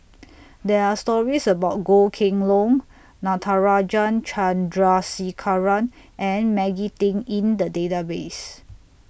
There Are stories about Goh Kheng Long Natarajan Chandrasekaran and Maggie Teng in The Database